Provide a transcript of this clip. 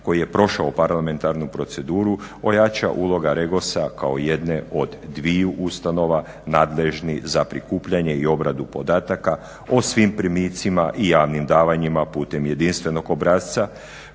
koji je prošao parlamentarnu proceduru ojača uloga REGOS-a kao jedne od dviju ustanova nadležnih za prikupljanje i obradu podataka o svim primicima i javnim davanjima putem jedinstvenog obrasca